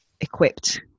equipped